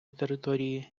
території